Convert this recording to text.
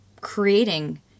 creating